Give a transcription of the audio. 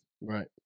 Right